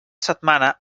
setmana